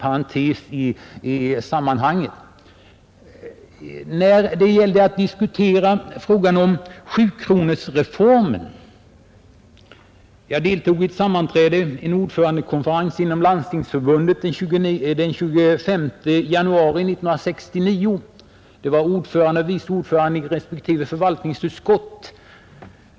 När det blev aktuellt för landstingsvärlden att diskutera sjukronorsreformen med socialdepartementet deltog jag i en ordförandekonferens inom Landstingsförbundet den 25 januari 1969. I den konferensen deltog ordföranden och vice ordföranden i respektive förvaltningsutskott.